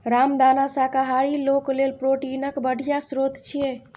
रामदाना शाकाहारी लोक लेल प्रोटीनक बढ़िया स्रोत छियै